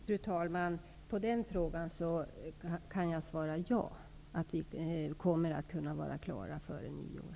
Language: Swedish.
Fru talman! På den frågan kan jag svara ''ja''. Vi kommer att kunna vara klara före nyår.